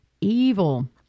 evil